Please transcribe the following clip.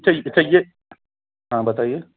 हाँ बताइए